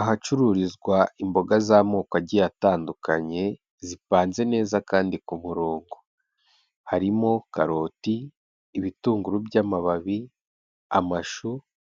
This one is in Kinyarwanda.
Ahacururizwa imboga z'amoko agiye atandukanye, zipanze neza kandi ku murongo, harimo karoti, ibitunguru by'amababi, amashu